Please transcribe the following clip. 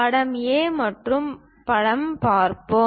படம் A மற்றும் படத்தைப் பார்ப்போம்